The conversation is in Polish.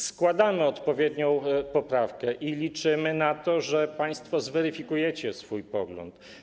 Składamy odpowiednią poprawkę i liczymy na to, że państwo zweryfikujecie swój pogląd.